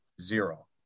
zero